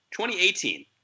2018